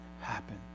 happen